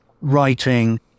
writing